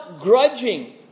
grudging